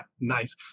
nice